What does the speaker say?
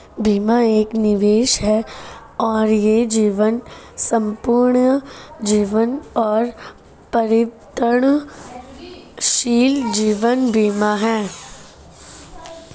बीमा एक निवेश है और यह जीवन, संपूर्ण जीवन और परिवर्तनशील जीवन बीमा है